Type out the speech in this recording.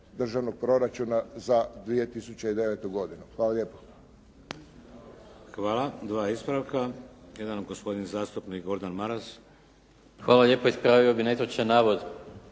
Državnog proračuna za 2009. godinu. Hvala lijepo.